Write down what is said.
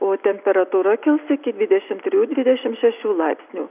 o temperatūra kils iki dvidešim trijų dvidešim šešių laipsnių